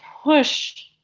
push